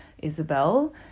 Isabel